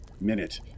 minute